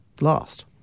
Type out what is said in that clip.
last